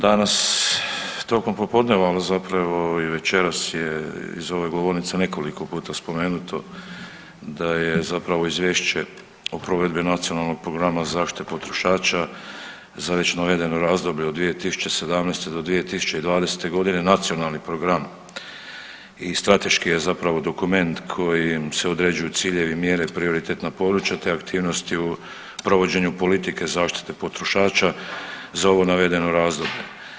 Danas tokom popodneva, zapravo, i večeras je iz ove govornice nekoliko puta spomenuto da je zapravo Izvješće o provedbi Nacionalnog programa zaštite potrošača za već navedeno razdoblje od 2017.-2020. g. Nacionalne program i strateški je zapravo dokument koji se određuje ciljevi i mjere prioritetnog područja te aktivnosti u provođenju politike zaštite potrošača za ovo navedeno razdoblje.